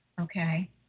okay